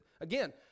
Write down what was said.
Again